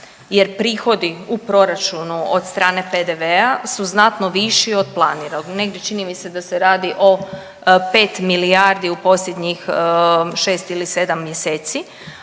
jer prihodi u proračunu od strane PDV-a su znatno viši od planiranog. Negdje, čini mi se da se radi o 5 milijardi u posljednjih 6 ili 7 mjeseci,